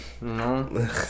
No